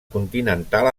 continental